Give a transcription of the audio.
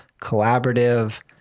collaborative